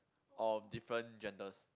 of different genders